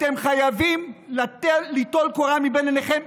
אתם חייבים ליטול קורה מבין עיניכם.